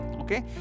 Okay